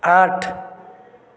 আঠ